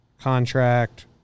contract